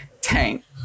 tank